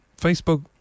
Facebook